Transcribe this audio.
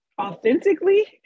authentically